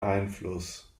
einfluss